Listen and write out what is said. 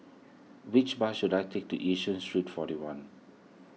which bus should I take to Yishun Street forty one